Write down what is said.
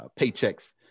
paychecks